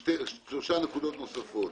יש שלוש נקודות נוספות.